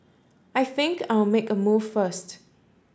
I think I'll make a move first